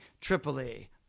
Tripoli